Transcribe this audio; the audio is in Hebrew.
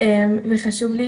וחשוב לי,